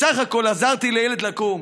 לו שבסך הכול עזרתי לילד לקום.